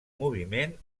moviment